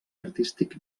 artístic